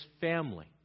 family